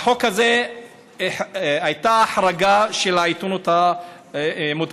בחוק הזה הייתה החרגה של העיתונות המודפסת.